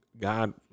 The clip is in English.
God